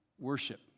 worship